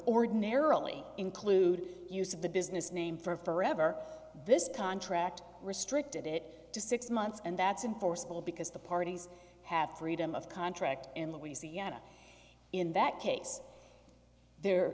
ordinarily include use of the business name for forever this contract restricted it to six months and that's in forcible because the parties have freedom of contract in louisiana in that case there